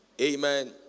Amen